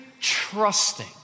trusting